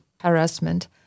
harassment